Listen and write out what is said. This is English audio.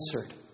answered